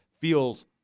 feels